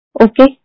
okay